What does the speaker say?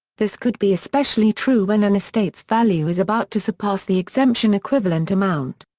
this could be especially true when an estate's value is about to surpass the exemption equivalent amount.